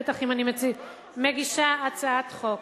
בטח אם אני מגישה הצעת חוק.